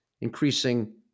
increasing